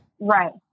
right